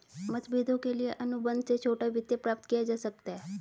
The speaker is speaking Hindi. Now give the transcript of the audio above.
मतभेदों के लिए अनुबंध से छोटा वित्त प्राप्त किया जा सकता है